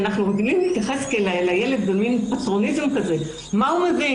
אנחנו רגילים להתייחס לילד במין פטרוניזם כזה: "מה הוא מבין?